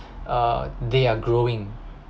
err they are growing